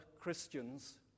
Christians